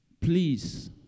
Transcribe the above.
Please